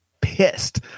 pissed